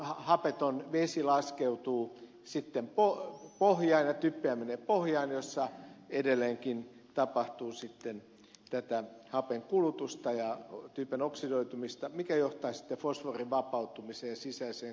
hapeton vesi laskeutuu sitten pohjaan ja typpeä menee pohjaan jossa edelleenkin tapahtuu sitten tätä hapen kulutusta ja typen oksidoitumista mikä johtaa sitten fosforin vapautumiseen ja sisäiseen kumpuamiseen